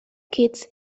kits